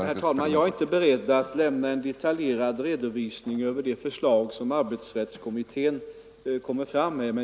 Herr talman! Jag är inte beredd att lämna en detaljerad redovisning över de förslag som arbetsrättskommittén kommer fram med.